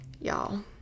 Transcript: Y'all